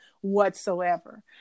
whatsoever